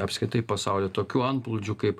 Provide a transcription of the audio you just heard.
apskritai pasaulyje tokių antplūdžių kaip